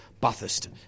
Bathurst